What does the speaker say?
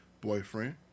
boyfriend